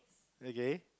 okay